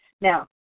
Now